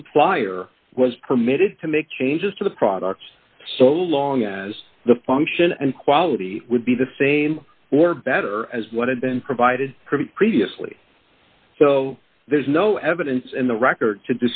supplier was permitted to make changes to the products so long as the function and quality would be the same or better as what had been provided pretty previously so there's no evidence in the record to